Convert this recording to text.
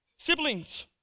Siblings